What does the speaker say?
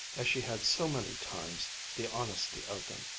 as she had so many times, the honesty of them.